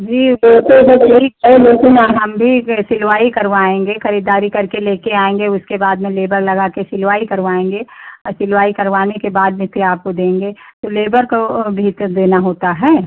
जी वह तो सब ठीक है लेकिन हम भी यह सिलवाई करवाएँगे ख़रीदारी करके लेकर आएँगे उसके बाद में लेबर लगाकर सिलवाई करवाएँगे सिलवाई करवाने के बाद में फिर आपको देंगे तो लेबर को वो भी तो देना होता है